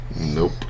nope